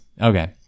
okay